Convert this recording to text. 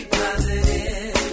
positive